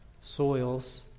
Soils